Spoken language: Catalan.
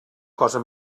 cosa